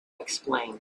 explain